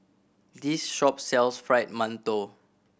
this shop sells Fried Mantou